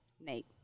Nate